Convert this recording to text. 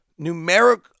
numeric